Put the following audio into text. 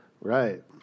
Right